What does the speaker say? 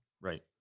Right